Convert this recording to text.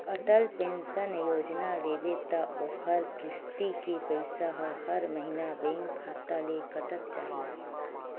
Atal pension Yojana लेबे त ओखर किस्ती के पइसा ह हर महिना बेंक खाता ले कटत जाही